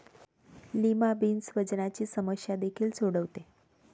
lima beans वजनाची समस्या देखील सोडवते